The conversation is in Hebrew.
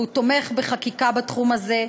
והוא תומך בחקיקה בתחום הזה.